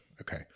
Okay